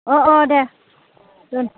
अ अ देह दोन